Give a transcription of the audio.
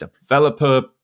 developer